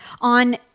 on